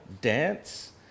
dance